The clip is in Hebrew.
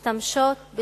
משתמשות בתרופה,